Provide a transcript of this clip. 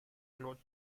close